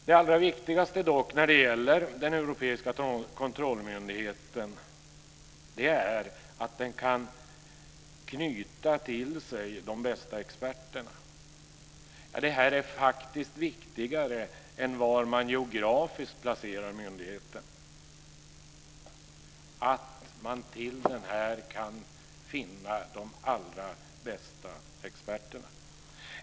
Det allra viktigaste när det gäller den europeiska kontrollmyndigheten är dock att den kan knyta till sig de bästa experterna. Det är faktiskt viktigare att man kan finna de allra bästa experterna än var man geografiskt placerar myndigheten.